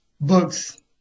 books